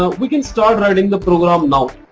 ah we can start writing the program now.